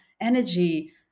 energy